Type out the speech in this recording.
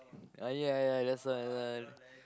uh ya ya that's why that's why